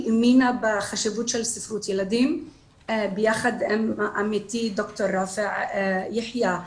היא האמינה בחשיבות של ספרות ילדים ביחד עם עמיתי ד"ר ראפע יחיא,